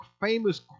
famous